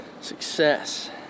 Success